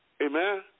Amen